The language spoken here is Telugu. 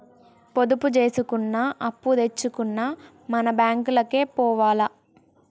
పొదుపు జేసుకున్నా, అప్పుదెచ్చుకున్నా మన బాంకులకే పోవాల